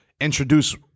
introduce